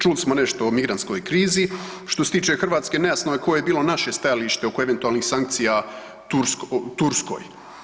Čuli smo nešto o migrantskoj krizi, što se tiče Hrvatske nejasno je koje je bilo naše stajalište oko eventualnih sankcija Turskoj.